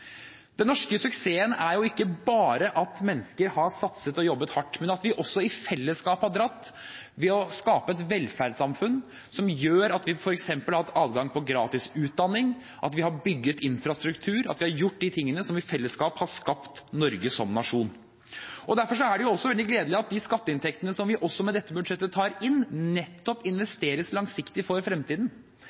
Den norske suksessen er ikke bare at mennesker har satset og jobbet hardt, men at vi også har dratt i fellesskap ved å skape et velferdssamfunn som gjør at vi f.eks. har hatt adgang til gratis utdanning, at vi har bygget infrastruktur, og at vi har gjort de tingene som i fellesskap har skapt Norge som nasjon. Derfor er det veldig gledelig at de skatteinntektene som vi også med dette budsjettet tar inn, nettopp investeres langsiktig for fremtiden.